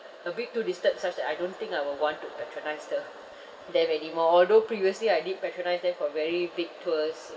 a bit too disturbed such that I don't think I would want to patronise the them anymore although previously I did patronise them for very big tours